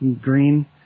green